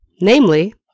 Namely